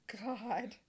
God